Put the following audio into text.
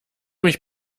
mich